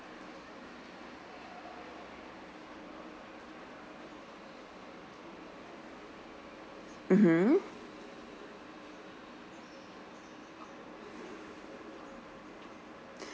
mmhmm